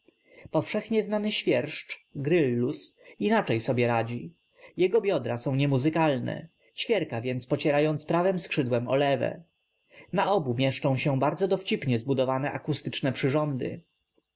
powszechnie znany świerszcz gryllus inaczej sobie radzi jego biodra są niemuzykalne ćwierka więc pocierając prawem skrzydłem o lewe na obu mieszczą się bardzo dowcipnie zbudowane